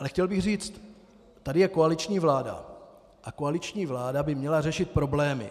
Chtěl bych ale říct, tady je koaliční vláda a koaliční vláda by měla řešit problémy.